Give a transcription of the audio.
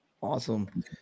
awesome